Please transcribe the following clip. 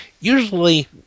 Usually